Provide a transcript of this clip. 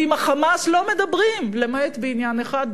ועם ה"חמאס" לא מדברים למעט בעניין אחד,